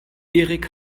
erik